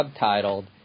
subtitled